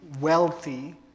wealthy